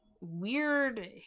weird